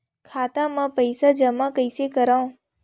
खाता म पईसा जमा कइसे करव?